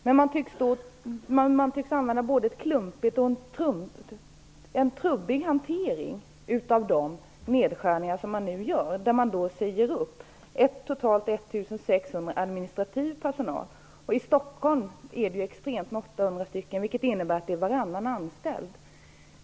Men hanteringen av de nedskärningar som man nu gör tycks trubbig. Man säger upp totalt 1 600 personer i den administrativa personalen. I Stockholm är det extremt, 800 stycken, vilket innebär varannan anställd.